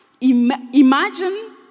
imagine